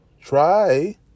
try